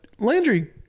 Landry